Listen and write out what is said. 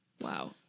wow